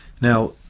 now